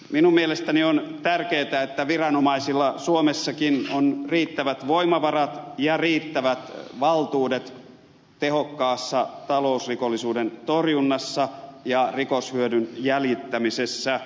minun mielestäni on tärkeätä että viranomaisilla suomessakin on riittävät voimavarat ja riittävät valtuudet tehokkaassa talousrikollisuuden torjunnassa ja rikoshyödyn jäljittämisessä